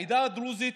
לעדה הדרוזית